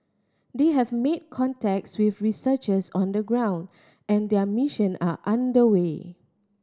they have made contacts with researchers on the ground and their mission are under way